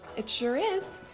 it sure is,